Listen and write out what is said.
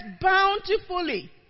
bountifully